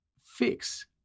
fix